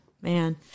man